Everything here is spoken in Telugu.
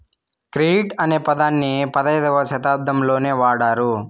క్రెడిట్ అనే పదాన్ని పదైధవ శతాబ్దంలోనే వాడారు